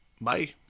Bye